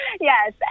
yes